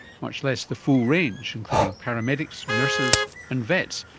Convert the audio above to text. much less the full range including paramedics, nurses and vets,